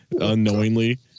unknowingly